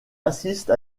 assiste